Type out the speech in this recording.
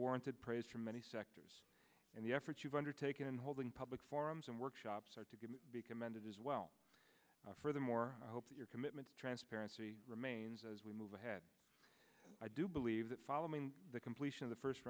warranted praise from many sectors in the effort you've undertaken in holding public forums and workshops are to be commended as well furthermore i hope that your commitment to transparency remains as we move ahead i do believe that following the completion of the first